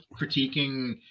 critiquing